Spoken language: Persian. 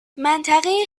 منطقه